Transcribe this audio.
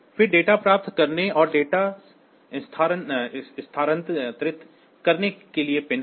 फिर डेटा प्राप्त करने और डेटा स्थानांतरित करने के लिए पिन है